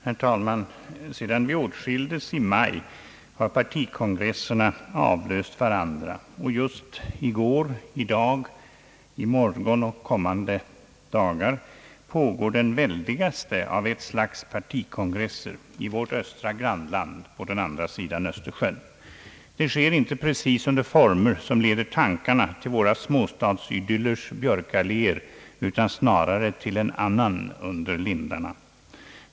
Herr talman! Sedan vi åtskildes i maj har partikongresserna avlöst varandra och just i går, i dag, i morgon och kommande dagar pågår den väldigaste av ett slags partikongresser i vårt östra grannland på den andra sidan Östersjön. Det sker inte precis under former som leder tankarna till våra småstadsidyllers björkalléer utan snarare till en annan »under lindarna».